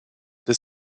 des